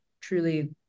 truly